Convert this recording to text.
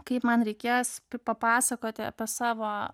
kaip man reikės papasakoti apie savo